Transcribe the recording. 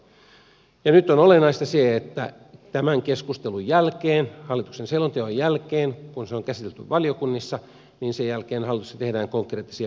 nyt on olennaista se että tämän keskustelun jälkeen hallituksen selonteon jälkeen kun se on käsitelty valiokunnissa sen jälkeen hallituksessa tehdään konkreettisia päätöksiä